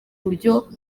buryo